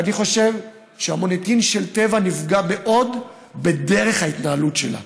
ואני חושב שהמוניטין של טבע נפגע מאוד מדרך ההתנהלות שלה.